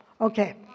okay